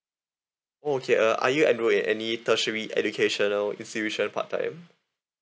okay uh are you enrolled in any tertiary educational institution part time